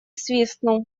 свистнул